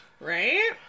Right